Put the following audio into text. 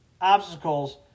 obstacles